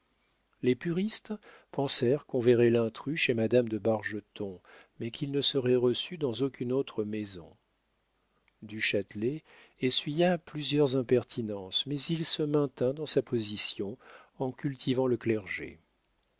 les puristes pensèrent qu'on verrait l'intrus chez madame de bargeton mais qu'il ne serait reçu dans aucune autre maison du châtelet essuya plusieurs impertinences mais il se maintint dans sa position en cultivant le clergé